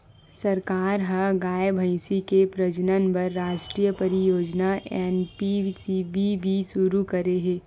सरकार ह गाय, भइसी के प्रजनन बर रास्टीय परियोजना एन.पी.सी.बी.बी सुरू करे हे